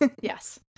yes